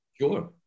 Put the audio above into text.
Sure